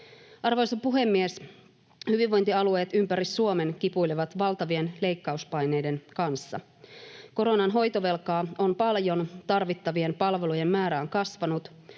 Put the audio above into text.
Arvoisa puhemies! Hyvinvointialueet ympäri Suomen kipuilevat valtavien leikkauspaineiden kanssa. Koronan hoitovelkaa on paljon, tarvittavien palvelujen määrä on kasvanut,